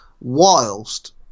whilst